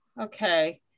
Okay